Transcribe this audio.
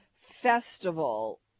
festival